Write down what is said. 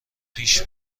پیش